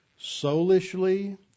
soulishly